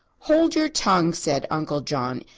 hold your tongue, said uncle john.